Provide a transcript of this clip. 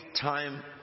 time